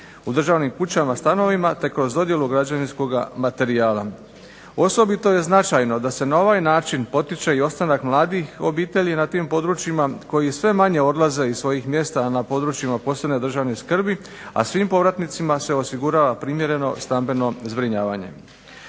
u državnim kućama, stanovima, te kroz dodjelu građevinskoga materijala. Osobito je značajno da se na ovaj način potiče i ostanak mladih obitelji na tim područjima, koji sve manje odlaze iz svojih mjesta na područjima posebne državne skrbi, a svim povratnicima se osigurava primjereno stambeno zbrinjavanje.